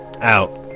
Out